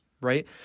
right